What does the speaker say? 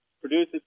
produces